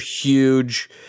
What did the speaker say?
huge